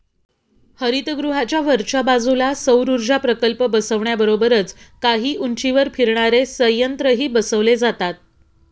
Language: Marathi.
हरितगृहाच्या वरच्या बाजूला सौरऊर्जा प्रकल्प बसवण्याबरोबरच काही उंचीवर फिरणारे संयंत्रही बसवले जातात